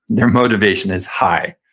their motivation is high.